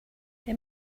they